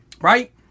Right